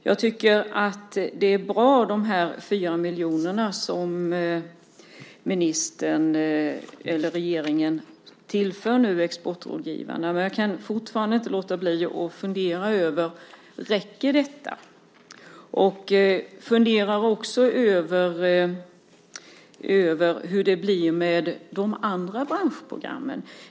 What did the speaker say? Jag tycker att de 4 miljoner som ministern eller regeringen nu tillför exportrådgivarna är bra, men jag kan fortfarande inte låta bli att fundera över om detta räcker. Jag funderar också över hur det blir med de andra branschprogrammen.